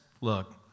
look